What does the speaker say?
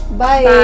bye